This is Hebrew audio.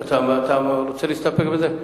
אתה רוצה להסתפק בזה?